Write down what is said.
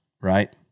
right